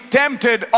tempted